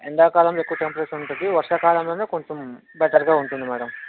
ఎండాకాలంలో ఎక్కువ టెంపరేచర్ ఉంటుంది వర్షకాలంలోనే కొంచెం బెటర్గా ఉంటుంది మ్యాడం